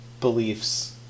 beliefs